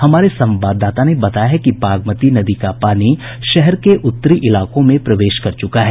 हमारे संवाददाता ने बताया है कि बागमती नदी का पानी शहर के उत्तरी इलाकों में प्रवेश कर चुका है